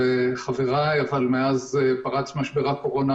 דבר אחרון לגבי הבג"ץ: בג"ץ קבע שני מבחנים,